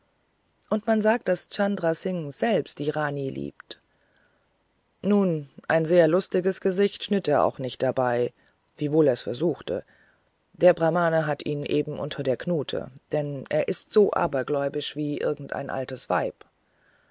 und man sagt daß chandra singh selber die nani liebt nun ein sehr lustiges gesicht schnitt er auch nicht dabei wiewohl er's versuchte der brahmane hat ihn eben unter der knute denn er ist so abergläubisch wir irgendein altes weib